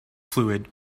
fluid